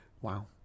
wow